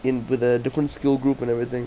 in the different skill group and everything